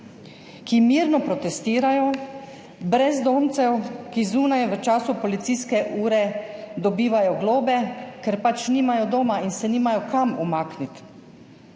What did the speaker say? ki mirno protestirajo, brezdomcem, ki zunaj v času policijske ure dobivajo globe, ker pač nimajo doma in se nimajo kam umakniti.